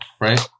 right